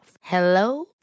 Hello